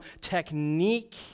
technique